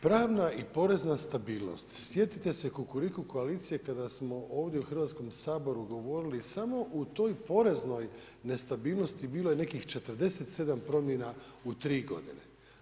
Pravna i porezna stabilnost, sjetite se Kukuriku koalicije kada smo ovdje u Hrvatskom saboru govorili samo u toj poreznoj nestabilnosti bilo je nekih 47 promjena u tri godine.